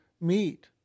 meet